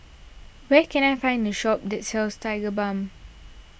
where can I find a shop that sells Tigerbalm